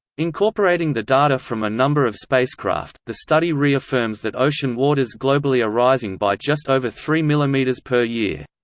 incorporating the data from a number of spacecraft, the study re-affirms that ocean waters globally are rising by just over three mm ah ah mm per year.